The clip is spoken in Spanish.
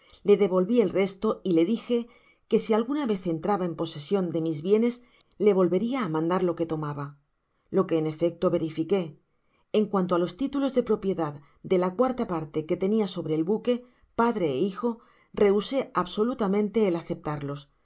le devolvi el resto y le'dije que si alguna vez entraba en posesion de mia bienes le volveria á mandar lo que tomaba lo que en efecto verifiqué en cuanto á los titulos de propiedad de la cuarta parte que tenian sobre el buque padre é hfjo retesé absolutamente el aceptarlos